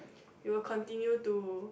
you will continue to